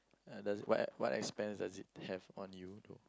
does what what expense does it have on you though